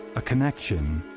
a connection.